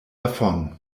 davon